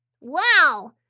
Wow